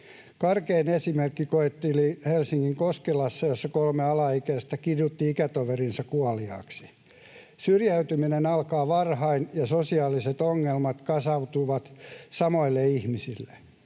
Karkein esimerkki koettiin Helsingin Koskelassa, jossa kolme alaikäistä kidutti ikätoverinsa kuoliaaksi. Syrjäytyminen alkaa varhain, ja sosiaaliset ongelmat kasautuvat samoille ihmisille.